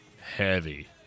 heavy